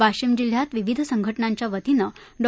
वाशिम जिल्ह्यात विविध संघटनाच्यावतीन डॉ